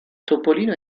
topolino